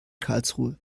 karlsruhe